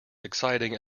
exciting